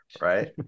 right